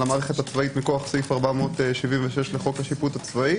המערכת הצבאית מכוח סעיף 476 לחוק השיפוט הצבאי